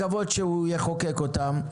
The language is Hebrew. לקוות שהוא יחוקק אותן,